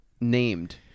named